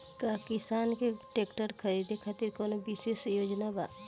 का किसान के ट्रैक्टर खरीदें खातिर कउनों विशेष योजना बा?